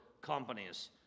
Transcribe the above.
companies